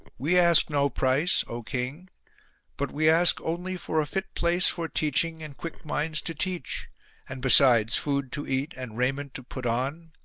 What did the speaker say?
we ask no price, o king but we ask only for a fit place for teaching and quick minds to teach and besides food to eat and raiment to put on,